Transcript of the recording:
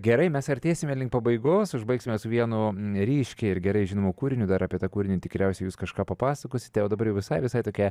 gerai mes artėsime link pabaigos užbaigsime su vienu ryškiai ir gerai žinomu kūriniu dar apie tą kūrinį tikriausiai jūs kažką papasakosite o dabar visai visai tokia